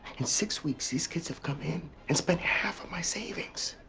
in six weeks these kids have come in and spent half of my savings!